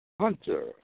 Hunter